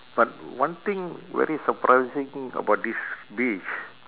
but one thing very surprising about this beach